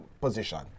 position